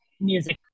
music